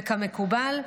וכמקובל,